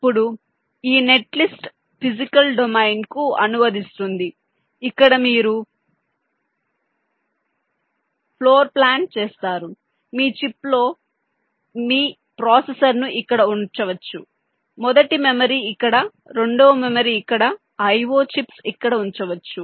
ఇప్పుడు ఈ net list physical డొమైన్కు అనువదిస్తుంది ఇక్కడ మీరు ఒక రకమైన చిప్ లెవల్ ఫ్లోర్ ప్లాన్ చేస్తారు మీ చిప్లో మీరు మీ ప్రాసెసర్ను ఇక్కడ ఉంచవచ్చు మొదటి మెమరీ ఇక్కడ రెండవ మెమరీ ఇక్కడ I O చిప్స్ ఇక్కడ ఉంచవచ్చు